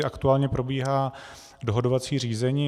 Aktuálně probíhá dohodovací řízení.